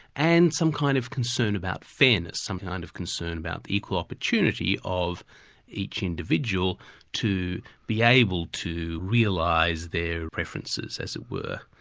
and some kind of concern about fairness, some kind of concern about the equal opportunity of each individual to be able to realise their preferences, as it were.